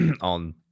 on